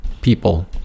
people